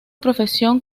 profesión